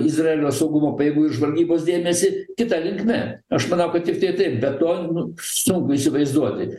izraelio saugumo pajėgų ir žvalgybos dėmesį kita linkme aš manau kad tiktai taip bet tuo nu sunku įsivaizduoti